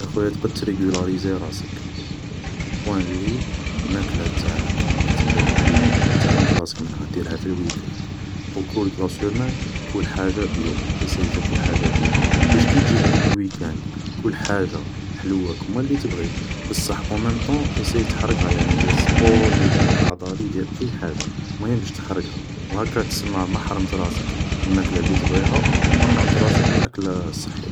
يا خويا تقد تريقولاريزي راسك, او بوان لي ماكلة تاعك لي تبغيها حلوة ما تحرمش راسك منها ديرها في الويكاند, اوكور دو لا سومان كول حاجة بيو, ايسييي تاكل حاجة بيو, باش كيي تجي هاداك الويكاند كول حاجة حلوة كيما لي تبغي بصح او مام طون ايساي تحرقها, يعني دير سبور, دير جهد عضلي, دير اي حاجة مهم باش تحرقها, و هاكا تسما ما حرمت راسك مل ماكلة لي تبغيها ما حرمت راسك من الاكل الصحي